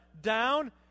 down